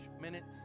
minutes